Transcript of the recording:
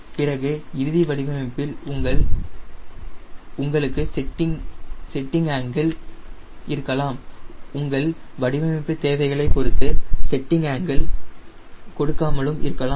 பிறகு இறுதி வடிவமைப்பில் உங்களுக்கு செட்டிங்கில் இருக்கலாம் உங்கள் வடிவமைப்பு தேவைகளைப் பொறுத்து செட்டிங் ஆங்கிள் கொடுக்காமலும் இருக்கலாம்